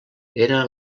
era